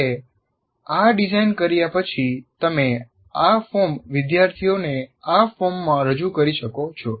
છેલ્લે આ ડિઝાઇન કર્યા પછી તમે આ ફોર્મ વિદ્યાર્થીઓને આ ફોર્મમાં રજૂ કરી શકો છો